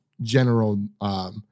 general